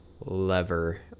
lever